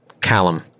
Callum